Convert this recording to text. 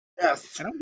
Yes